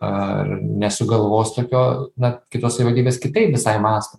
ar nesugalvos tokio na kitos savivaldybės kitaip visai mąsto